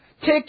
Take